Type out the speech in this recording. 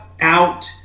out